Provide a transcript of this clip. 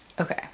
Okay